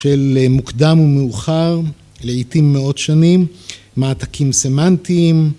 ‫של מוקדם ומאוחר, לעתים מאות שנים, ‫מעתקים סמנטיים.